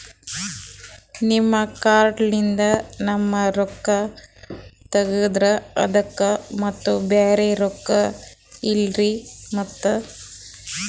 ನಿಮ್ ಕಾರ್ಡ್ ಲಿಂದ ನಮ್ ರೊಕ್ಕ ತಗದ್ರ ಅದಕ್ಕ ಮತ್ತ ಬ್ಯಾರೆ ರೊಕ್ಕ ಇಲ್ಲಲ್ರಿ ಮತ್ತ?